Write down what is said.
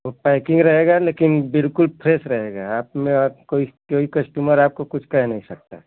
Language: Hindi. वो पैकिंग रहेगा लेकिन बिल्कुल फ्रेस रहेगा आप में आप कोई कोई कश्टमर आपको कुछ कह नहीं सकता